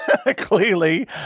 Clearly